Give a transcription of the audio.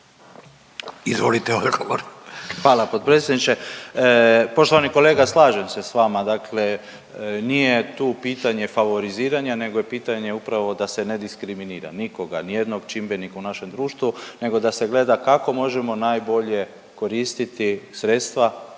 Davor Ivo (HDZ)** Hvala potpredsjedniče. Poštovani kolega, slažem se s vama, dakle nije tu pitanje favoriziranja nego je pitanje upravo da se ne diskriminira nikoga, nijednog čimbenika u našem društvu nego da se gleda kako možemo najbolje koristiti sredstva,